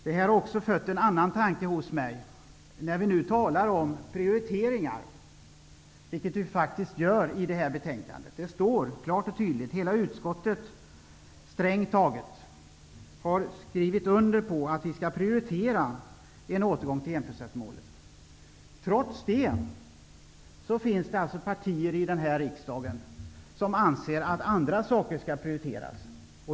Det här har också fött en annan tanke hos mig. I detta betänkande talar vi om prioriteringar. Det står klart och tydligt. Strängt taget hela utskottet har skrivit under på att vi skall prioritera en återgång till enprocentsmålet. Trots det finns det partier i den här riksdagen som anser att andra saker skall prioriteras.